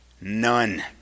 None